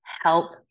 help